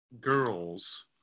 girls